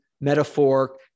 metaphor